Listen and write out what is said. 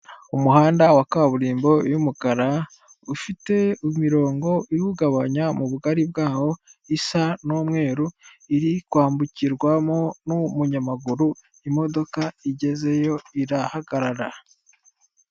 Umuhanda wa kaburimbo y'umukara ufite imirongo ihubanya mugari bwaho isa n'umweru iri kwambukirwa n'umunyamaguru imodoka igezeyo irahagarara.